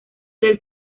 del